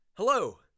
Hello